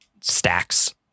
stacks